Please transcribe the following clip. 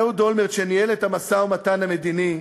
אהוד אולמרט, שניהל את המשא-ומתן המדיני,